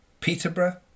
peterborough